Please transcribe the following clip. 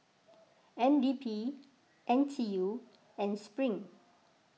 N D P N T U and Spring